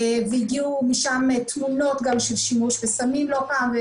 והגיעו משם תמונות של שימוש בסמים לא פעם,